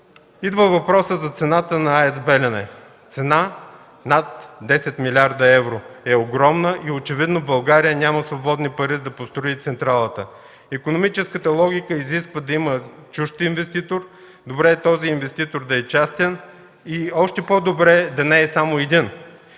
Идва въпросът за цената на АЕЦ „Белене”. Цена над 10 млрд. евро е огромна и очевидно България няма свободни пари, за да построи централата. Икономическата логика изисква да има чужд инвеститор, добре е този инвеститор да е частен и още по-добре е да не е само един.